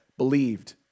believed